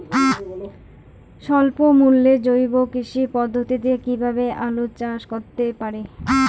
স্বল্প মূল্যে জৈব কৃষি পদ্ধতিতে কীভাবে আলুর চাষ করতে পারি?